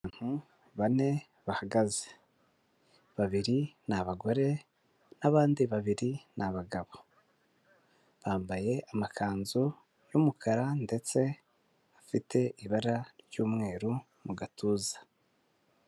Abantu bane bahagaze, babiri ni abagore n'abandi babiri ni abagabo, bambaye amakanzu y'umukara ndetse afite ibara ry'umweru mu gatuza.